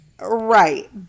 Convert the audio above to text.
Right